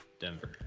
Denver